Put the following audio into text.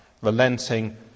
relenting